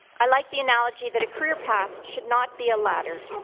i like the analogy that a career path should not be a ladder.